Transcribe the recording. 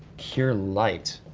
cure light?